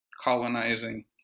colonizing